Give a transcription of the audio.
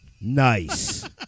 Nice